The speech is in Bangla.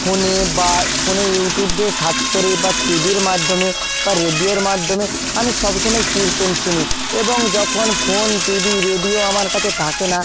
ফোনে বা ফোনে ইউটিউব দিয়ে সার্চ করে বা টিভির মাধ্যমে বা রেডিওর মাধ্যমে আমি সবসময় কীর্তন শুনি এবং যখন ফোন টিবি রেডিও আমার কাছে থাকে না